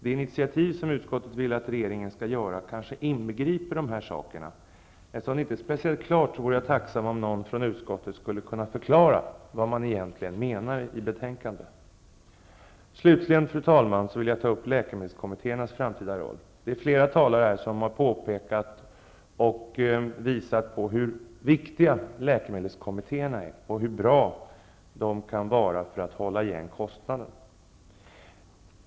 Det initiativ som utskottet vill att regeringen skall ta kanske inbegriper dessa saker. Eftersom detta inte är speciellt klart vore jag tacksam om någon från utskottet skulle kunna förklara vad som egentligen menas i betänkandet. Fru talman! Slutligen vill jag ta upp frågan om läkemedelskommittéernas framtida roll. Flera talare har visat på hur viktiga läkemedelskommittéerna är och hur bra de kan vara för att hålla igen kostnaderna.